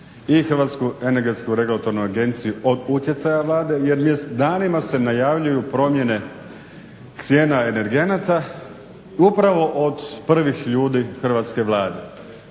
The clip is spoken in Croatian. odnosno učini neovisnim i HERA-u od utjecaja Vlade jer danima se najavljuju promjene cijena energenata upravo od prvih ljudi hrvatske Vlade.